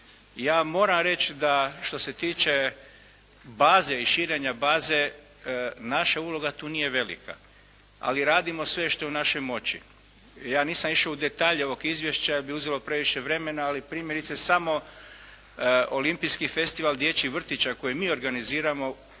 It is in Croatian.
Ja moram reći da što se tiče baze i širenja baze naša uloga tu nije velika. Ali radimo sve što je u našoj moći. Ja nisam išao u detalje ovog izvješća, jer bi uzelo previše vremena. Ali primjerice samo Olimpijski festival dječjih vrtića koji mi organiziramo obuhvaća